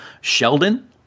Sheldon